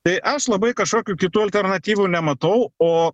tai aš labai kažkokių kitų alternatyvų nematau o